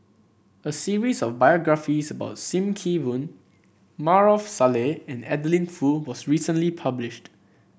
a series of biographies about Sim Kee Boon Maarof Salleh and Adeline Foo was recently published